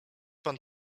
pan